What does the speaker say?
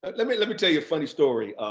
but let me let me tell you a funny story